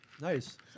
Nice